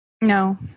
No